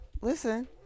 Listen